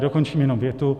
Dokončím jenom větu.